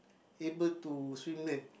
able to swim there